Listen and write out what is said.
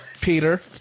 Peter